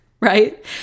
right